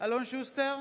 אלון שוסטר,